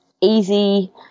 easy –